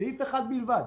סעיף אחד בלבד.